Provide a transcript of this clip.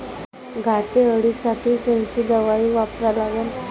घाटे अळी साठी कोनची दवाई वापरा लागन?